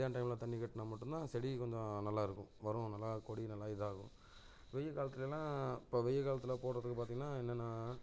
மத்தியான டைமில் தண்ணி காட்டினா மட்டும்தான் செடி கொஞ்சம் நல்லா இருக்கும் வரும் நல்லா கொடி நல்லா இதாகும் வெய்ய காலத்தில் எல்லாம் இப்போ வெய்ய காலத்தில் போடுறதுக்கு பார்த்தீங்கனா என்னென்னா